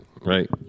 Right